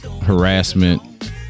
Harassment